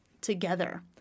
together